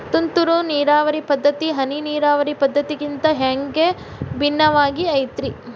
ತುಂತುರು ನೇರಾವರಿ ಪದ್ಧತಿ, ಹನಿ ನೇರಾವರಿ ಪದ್ಧತಿಗಿಂತ ಹ್ಯಾಂಗ ಭಿನ್ನವಾಗಿ ಐತ್ರಿ?